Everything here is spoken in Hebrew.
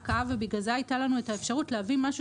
ולכן כשהיא פקעה הייתה לנו האפשרות להביא משהו